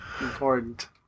Important